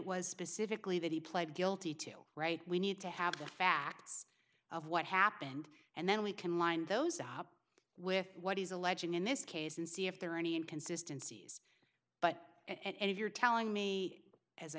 was specifically that he pled guilty to right we need to have the facts of what happened and then we can line those up with what he's alleging in this case and see if there are any and consistencies but and if you're telling me as i